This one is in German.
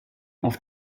auf